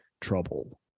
trouble